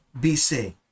bc